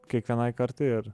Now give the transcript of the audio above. kiekvienai kartai ir